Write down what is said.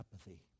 apathy